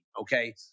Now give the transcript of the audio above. okay